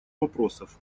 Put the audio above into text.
вопросов